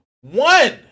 one